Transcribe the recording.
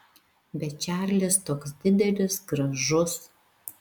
bet čarlis toks didelis gražus